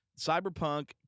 Cyberpunk